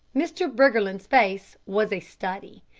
mr. briggerland's face was a study.